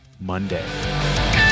monday